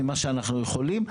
כמה שאנחנו יכולים.